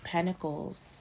Pentacles